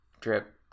drip